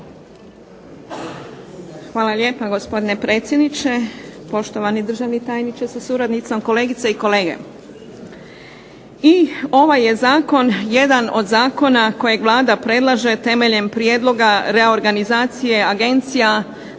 Hvala lijepo, gospodine predsjedniče. Poštovani državni tajniče sa suradnicom, kolegice i kolege. I ovaj je zakon jedan od zakona kojeg Vlada predlaže temeljem prijedloga reorganizacije agencija, zavoda,